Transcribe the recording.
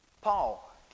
Paul